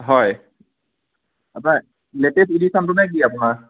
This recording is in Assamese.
হয় আপোনাৰ লেটেষ্ট এডিশ্যনটো নে কি আপোনাৰ